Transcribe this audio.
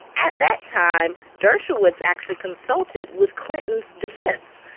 at that time, dershowitz actually consulted with clinton's defense.